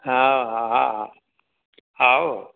ହଉ ହଉ ହଁ ହଁ ହଉ ଆଉ